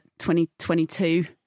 2022